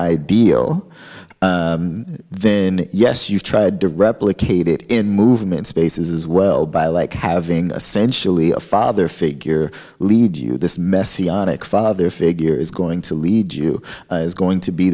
ideal then yes you've tried to replicate it in movement spaces as well by like having sensually a father figure lead you this messianic father figure is going to lead you is going to be